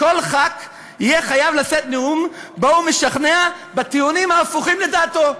כל חבר כנסת יהיה חייב לשאת נאום שבו הוא משכנע בטיעונים ההפוכים לדעתו,